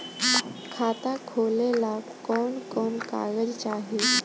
खाता खोलेला कवन कवन कागज चाहीं?